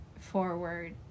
forward